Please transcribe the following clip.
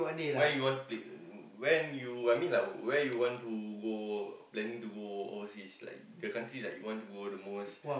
where you want play when you I mean like where you want to go planning to go overseas like the country that you want to go the most